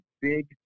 big